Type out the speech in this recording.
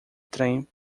trem